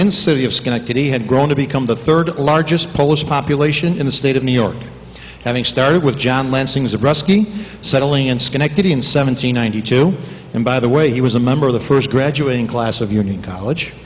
of schenectady had grown to become the third largest polish population in the state of new york having started with john lansing's of russkie settling in schenectady in seventy ninety two and by the way he was a member of the first graduating class of union college